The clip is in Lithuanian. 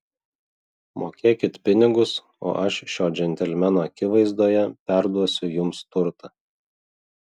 mokėkit pinigus o aš šio džentelmeno akivaizdoje perduosiu jums turtą